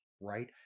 right